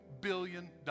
billion